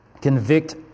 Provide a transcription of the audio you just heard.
convict